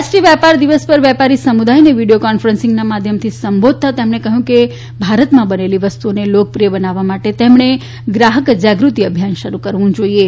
રાષ્ટ્રીય વેપાર દિવસ પર વેપારી સમુદાયને વીડીયો કોન્ફરન્સીંગના માધ્યમથી સંબોધતા તેમણે કહ્યું કે ભારતમાં બનેલી વસ્તુઓને લોકપ્રિય બનાવવા માટે તેમણે ગ્રાહક જાગૃતિ અભિયાન શરૂ કરવુ જોઇએ